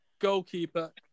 goalkeeper